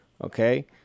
okay